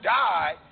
die